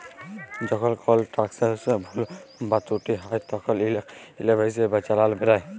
যখল কল ট্রালযাকশলে ভুল বা ত্রুটি হ্যয় তখল ইকট ইলভয়েস বা চালাল বেরাই